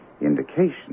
indication